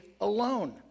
alone